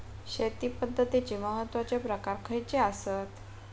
शेती पद्धतीचे महत्वाचे प्रकार खयचे आसत?